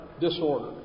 disorder